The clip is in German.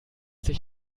sich